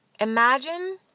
Imagine